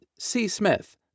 csmith